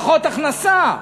פחות הכנסה.